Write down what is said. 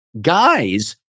guys